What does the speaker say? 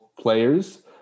players